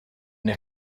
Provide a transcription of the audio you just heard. n’ai